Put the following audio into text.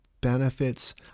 benefits